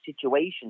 situation